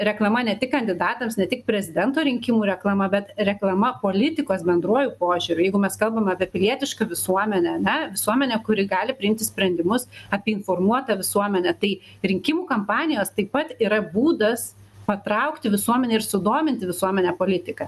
reklama ne tik kandidatams ne tik prezidento rinkimų reklama bet reklama politikos bendruoju požiūriu jeigu mes kalbam apie pilietišką visuomenę ane visuomenę kuri gali priimti sprendimus apie informuotą visuomenę tai rinkimų kampanijos taip pat yra būdas patraukti visuomenę ir sudominti visuomenę politika